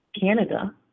Canada